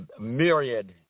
myriad